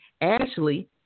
Ashley